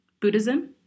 buddhism